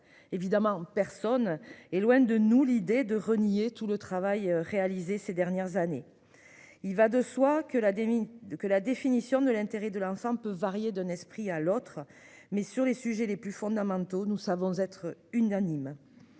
évidemment personne est loin de nous l'idée de renier tout le travail réalisé ces dernières années. Il va de soi que la demi-de que la définition de l'intérêt de l'ensemble peut varier de pris à l'autre mais sur les sujets les plus fondamentaux, nous savons être unanimes.